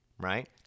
Right